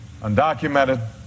undocumented